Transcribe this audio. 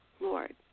Lord